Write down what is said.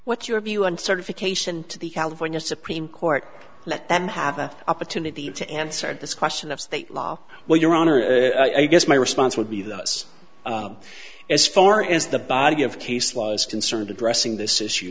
what's your view on certification to the california supreme court let them have the opportunity to answer this question of state law well your honor i guess my response would be thus as far as the body of case law is concerned addressing this issue